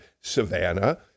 Savannah